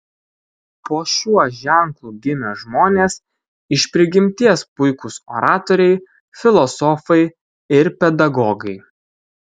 po šiuo ženklu gimę žmonės iš prigimties puikūs oratoriai filosofai ir pedagogai